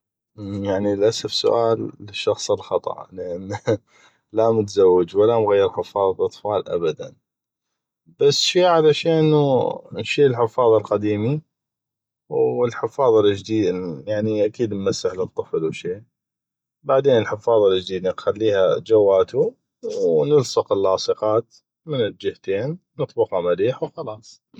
يعني للاسف سؤال للشخص الخطا لانو لا متزوج ولا مغير حفاظة اطفال ابدا بس شي على شي انو نشيل الحفاظه القديمي والحفاظه الجديدي يعني اكيد انو نمسح للطفل وشئ بعدين الحفاظة الجديدي نخليها جواتو ونلصق اللاصقات من الجهتين وخلاص